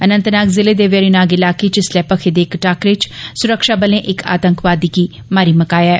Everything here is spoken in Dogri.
अनंतनाग जिले दे वेरीनाग इलाके च इसलै भखे दे इक टाक्करे च स्रक्षाबलें इक आतंकवादी गी मारी म्काया ऐ